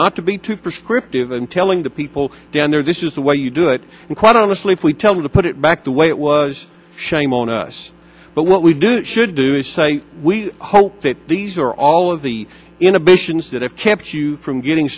not to be too prescriptive and telling the people down there this is the way you do it and quite honestly if we tell them to put it back the way it was shame on us but what we do should do is say we hope that these are all of the inhibitions that have kept you from getting